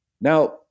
Now